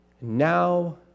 Now